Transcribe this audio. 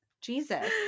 Jesus